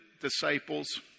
disciples